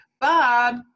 Bob